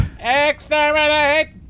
Exterminate